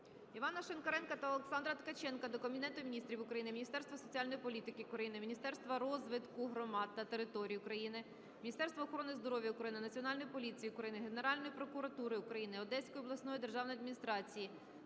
Івана Шинкаренка та Олександра Ткаченка до Кабінету Міністрів України, Міністерства соціальної політики України, Міністерства розвитку громад та територій України, Міністерства охорони здоров'я України, Національної поліції України, Генеральної прокуратури України, Одеської обласної державної адміністрації